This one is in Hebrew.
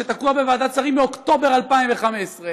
שתקוע בוועדת שרים מאוקטובר 2015,